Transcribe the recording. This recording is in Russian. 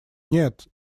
нет